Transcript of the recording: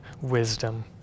wisdom